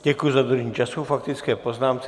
Děkuji za dodržení času k faktické poznámce.